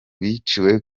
biciwe